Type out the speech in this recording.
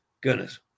Goodness